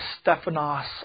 Stephanos